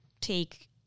take